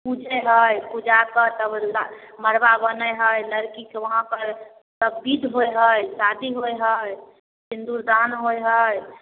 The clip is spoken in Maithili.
पूजै हइ पूजाके तब मड़वा बनै हइ लड़कीके वहाँपर तब बिध होइ हइ शादी होइ हइ सिन्दुरदान होइ हइ